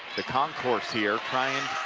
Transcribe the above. the concourse here, trying